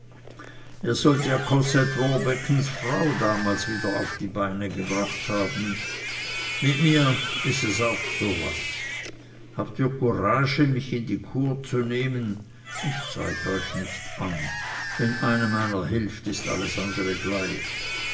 ihr sollt ja kossät rohrbeckens frau damals wieder auf die beine gebracht haben mit mir is es auch so was habt ihr courage mich in die kur zu nehmen ich zeig euch nicht an wenn einem einer hilft is das andre alles gleich